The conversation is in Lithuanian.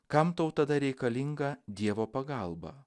kam tau tada reikalinga dievo pagalba